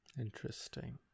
Interesting